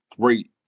great